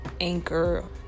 anchor